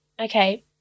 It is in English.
Okay